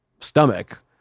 stomach